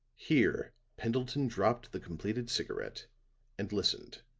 here pendleton dropped the completed cigarette and listened.